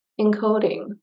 Encoding